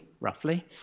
roughly